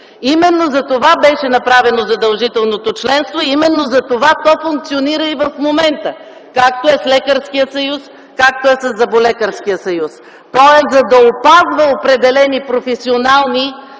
Именно затова беше направено задължителното членство, именно затова то функционира и в момента, както е с Лекарския съюз, както е със Зъболекарския съюз. То е, за да опазва определени професионални